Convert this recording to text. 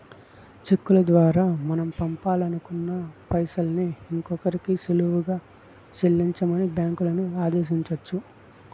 చెక్కుల దోరా మనం పంపాలనుకున్న పైసల్ని ఇంకోరికి సులువుగా సెల్లించమని బ్యాంకులని ఆదేశించొచ్చు